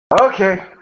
Okay